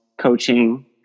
coaching